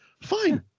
Fine